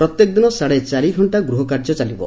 ପ୍ରତ୍ୟେକ ଦିନ ସାତେ ଚାରି ଘକ୍ଷା ଗୃହକାର୍ଯ୍ୟ ଚାଲିବ